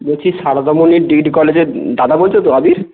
বলছি সারদামণি কলেজের দাদা বলছো তো আপনি